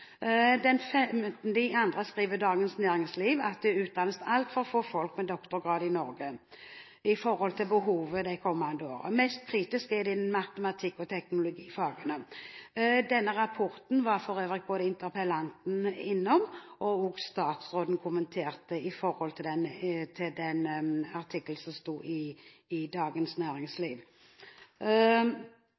Den 15. februar skriver Dagens Næringsliv at det utdannes altfor få folk med doktorgrad i Norge i forhold til behovet de kommende årene. Mest kritisk er det innen matematikk- og teknologifagene. Denne rapporten var for øvrig interpellanten innom, og også statsråden kommenterte den artikkelen som sto i Dagens Næringsliv. Det er i salen allerede vist til det som